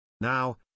Now